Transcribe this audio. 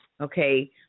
Okay